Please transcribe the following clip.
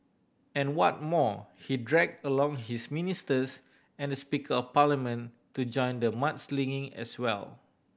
and what more he drag along his ministers and the Speaker of Parliament to join the mudslinging as well